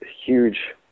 huge